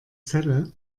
celle